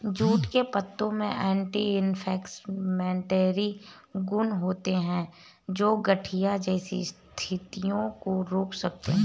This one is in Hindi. जूट के पत्तों में एंटी इंफ्लेमेटरी गुण होते हैं, जो गठिया जैसी स्थितियों को रोक सकते हैं